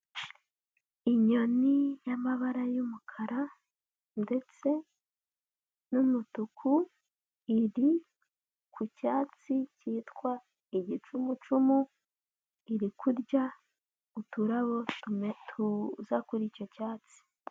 Inyoni y'amabara y'umukara ndetse n'umutuku iri ku cyatsi cyitwa igicumucumu, iri kurya uturabo tuza kuri icyo cyatsi.